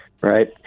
Right